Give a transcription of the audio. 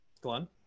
Glenn